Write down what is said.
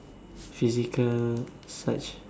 physical such